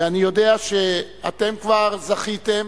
ואני יודע שכבר זכיתם